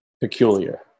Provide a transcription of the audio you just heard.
peculiar